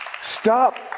Stop